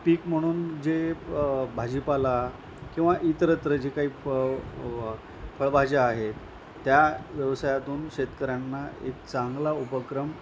पीक म्हणून जे भाजीपाला किंवा इतरत्र जे काही फ फळभज्या आहेत त्या व्यवसायातून शेतकऱ्यांना एक चांगला उपक्रम